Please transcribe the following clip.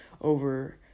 ...over